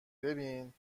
ببین